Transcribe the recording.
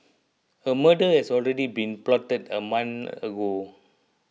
a murder had already been plotted a month ago